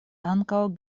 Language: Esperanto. ankaŭ